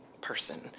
person